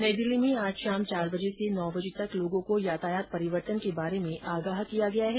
नई दिल्ली में आज शाम चार बजे से नौ बजे तक लोगों को यातायात परिवर्तन के बारे में आगाह किया गया है